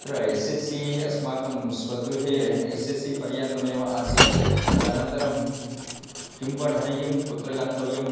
अत्र S S C अस्माकं स्वगृहे एस् एस् सि पर्यन्तमेव आसीत् तदनन्तरं किं पठनीयं कुत्र गन्तव्यम्